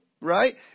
right